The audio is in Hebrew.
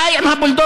די עם הבולדוזרים.